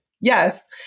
Yes